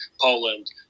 Poland